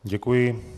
Děkuji.